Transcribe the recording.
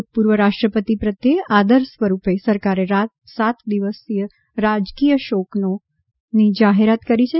ભૂતપૂર્વ રાષ્ટ્રપતિ પ્રત્યે આદર સ્વરૂપે સરકારે સાત દિવસીય રાજકીય શોકની જાહેરાત કરી હતી